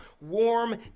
warm